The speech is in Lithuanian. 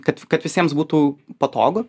kad kad visiems būtų patogu